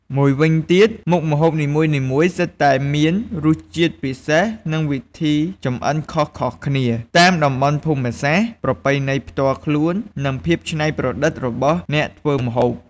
មួយវិញទៀត មុខម្ហូបនីមួយៗសុទ្ធតែមានរសជាតិពិសេស និងវិធីចម្អិនខុសៗគ្នា តាមតំបន់ភូមិសាស្ត្រ ប្រពៃណីផ្ទាល់ខ្លួន និងភាពច្នៃប្រឌិតរបស់អ្នកធ្វើម្ហូប។